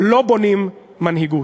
בבכיינות לא בונים מנהיגות.